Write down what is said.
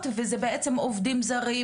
וזה בעצם עובדים זרים,